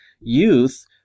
youth